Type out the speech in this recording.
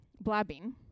blabbing